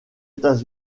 états